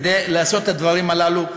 כדי לעשות את הדברים הללו,